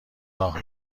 راه